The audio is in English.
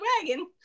wagon